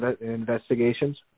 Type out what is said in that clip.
investigations